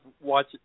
watch